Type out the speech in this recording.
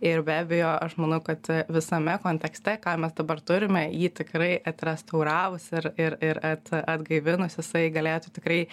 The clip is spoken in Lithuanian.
ir be abejo aš manau kad e visame kontekste ką mes dabar turime jį tikrai atrestauravus ir ir ir at atgaivinus jisai galėtų tikrai